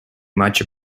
much